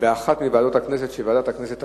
באחת מוועדות הכנסת שוועדת הכנסת תחליט.